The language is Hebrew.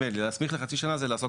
להסמיך בחצי שנה זה לעסוק